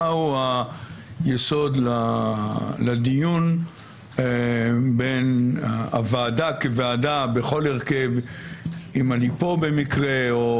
מהו היסוד לדיון בין הוועדה כוועדה בכל הרכב - אם אני כאן במקרה או